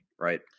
right